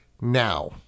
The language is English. now